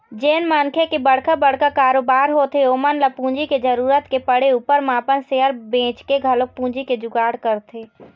जेन मनखे के बड़का बड़का कारोबार होथे ओमन ल पूंजी के जरुरत के पड़े ऊपर म अपन सेयर बेंचके घलोक पूंजी के जुगाड़ करथे